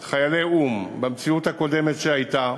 חיילי או"ם, במציאות הקודמת שהייתה,